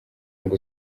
ngo